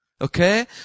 Okay